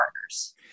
partners